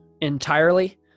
entirely